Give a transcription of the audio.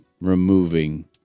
removing